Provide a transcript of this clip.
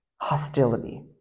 Hostility